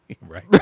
Right